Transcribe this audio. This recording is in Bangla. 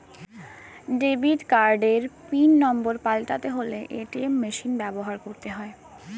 ডেবিট কার্ডের পিন নম্বর পাল্টাতে হলে এ.টি.এম মেশিন ব্যবহার করতে হয়